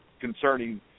concerning